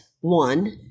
one